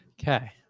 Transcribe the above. Okay